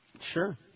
Sure